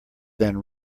than